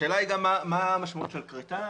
השאלה היא גם מה המשמעות של כריתה.